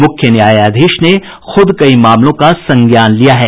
मुख्य न्यायाधीश ने खुद कई मामलों का संज्ञान लिया है